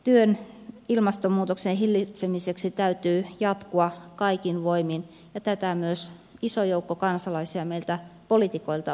työn ilmastonmuutoksen hillitsemiseksi täytyy jatkua kaikin voimin ja tätä myös iso joukko kansalaisia meiltä poliitikoilta odottaa